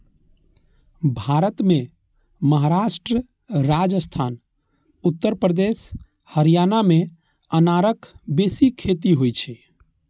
भारत मे महाराष्ट्र, राजस्थान, उत्तर प्रदेश, हरियाणा मे अनारक बेसी खेती होइ छै